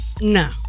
No